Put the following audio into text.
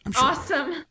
Awesome